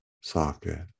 socket